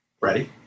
Ready